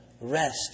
rest